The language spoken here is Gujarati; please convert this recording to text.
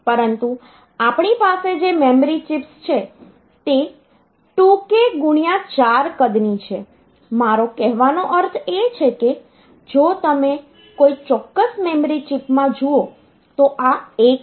પરંતુ આપણી પાસે જે મેમરી ચિપ્સ છે તે 2k x 4 કદ ની છે મારો કહેવાનો અર્થ એ છે કે જો તમે કોઈ ચોક્કસ મેમરી ચિપમાં જુઓ તો આ એક છે